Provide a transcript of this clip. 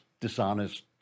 dishonest